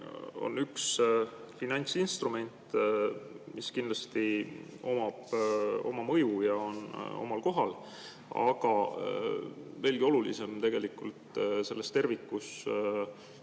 on üks finantsinstrument, mis kindlasti omab oma mõju ja on omal kohal. Aga veelgi olulisem selles tervikus